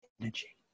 energy